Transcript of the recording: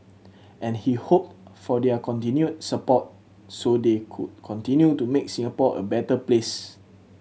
and he hoped for their continued support so they could continue to make Singapore a better place